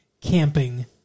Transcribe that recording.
camping